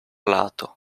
lato